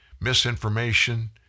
misinformation